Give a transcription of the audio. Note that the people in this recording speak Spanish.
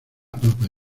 papa